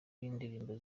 y’indirimbo